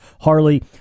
Harley